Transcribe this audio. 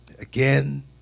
Again